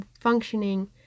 functioning